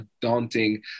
daunting